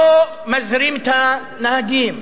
לא מזהירים את הנהגים,